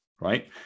right